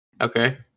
Okay